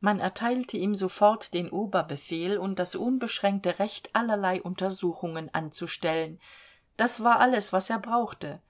man erteilte ihm sofort den oberbefehl und das unbeschränkte recht allerlei untersuchungen anzustellen das war alles was er brauchte